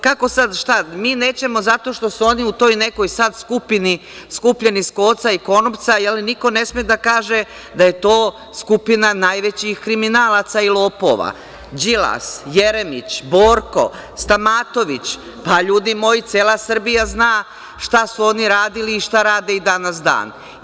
Kako sada, šta, mi nećemo zato što su oni u toj nekoj sada skupini, skupljeni sa koca i konopca, niko ne sme da kaže da je to skupina najvećih kriminalaca i lopova, Đilas, Jeremić, Borko, Stamatović, ljudi moji, cela Srbija zna šta su oni radili i šta rade i dan danas.